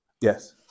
Yes